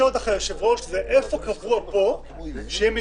היושב-ראש שאל איפה קבוע פה שיהיה מדרג.